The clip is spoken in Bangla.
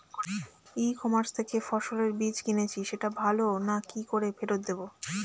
ই কমার্স থেকে ফসলের বীজ কিনেছি সেটা ভালো না কি করে ফেরত দেব?